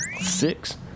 Six